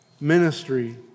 ministry